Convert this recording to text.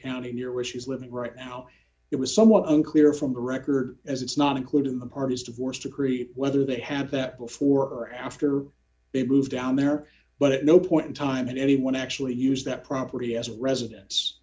county near where she's living right now it was somewhat unclear from the record as it's not included in the party's divorce decree whether they have that before or after they've moved down there but no point in time that anyone actually used that property as a residence